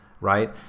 right